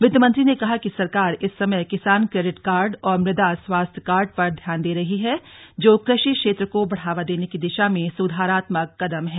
वित्तमंत्री ने कहा कि सरकार इस समय किसान क्रेडिट कार्ड और मृदा स्वास्थ्य कार्ड पर ध्यान दे रही है जो कृषि क्षेत्र को बढ़ावा देने की दिशा में सुधारात्मक कदम है